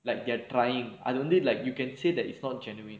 like they're trying I don't really like you can say that it's not genuine